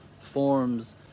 forms